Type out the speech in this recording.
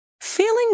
Feeling